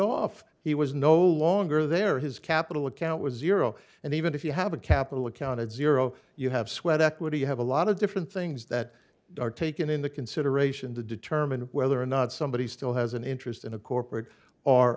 off he was no longer there his capital account was zero and even if you have a capital accounted zero you have sweat equity you have a lot of different things that are taken into consideration to determine whether or not somebody still has an interest in a corporate or